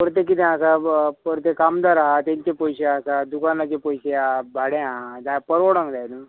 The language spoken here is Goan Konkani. परतें कितें आसा परतें कामदार आहा तेंचे पयशे आसा दुकानाचे पयशे आहा भाडें आहा जाय परवडोंक जाय न्हू